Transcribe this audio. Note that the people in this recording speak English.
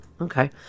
okay